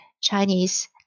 Chinese